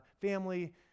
family